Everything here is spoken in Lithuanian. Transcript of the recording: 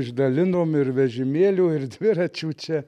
išdalinom ir vežimėlių ir dviračių čia